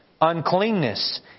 uncleanness